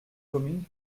communes